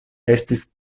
estis